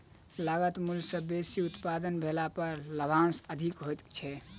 लागत मूल्य सॅ बेसी उत्पादन भेला पर लाभांश अधिक होइत छै